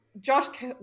Josh